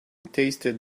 tasted